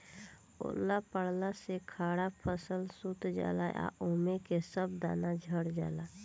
ओला पड़ला से खड़ा फसल सूत जाला आ ओमे के सब दाना झड़ जाला